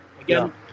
Again